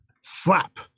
Slap